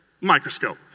Microscope